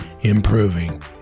improving